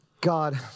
God